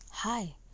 Hi